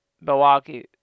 Milwaukee